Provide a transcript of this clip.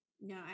No